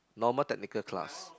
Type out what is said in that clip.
Normal Technical class